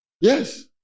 Yes